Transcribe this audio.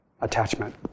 attachment